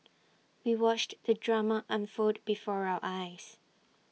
we watched the drama unfold before our eyes